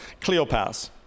Cleopas